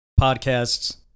podcasts